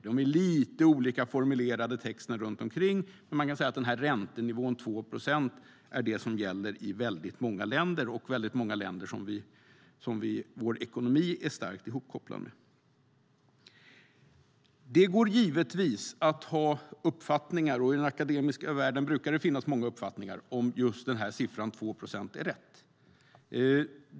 Texterna runt omkring är lite olika formulerade, men man kan säga att räntenivån 2 procent är det som gäller i väldigt många länder som vår ekonomi är starkt ihopkopplad med. Det går givetvis att ha olika uppfattningar om huruvida siffran 2 procent är rätt, och i den akademiska världen brukar det finnas många uppfattningar om det.